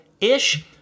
Ish